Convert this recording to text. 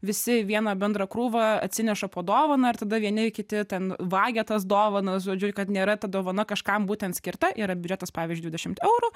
visi vieną bendrą krūvą atsineša po dovaną ir tada vieni kiti ten vagia tas dovanas žodžiu kad nėra ta dovana kažkam būtent skirta yra biudžetas pavyzdžiui dvidešimt eurų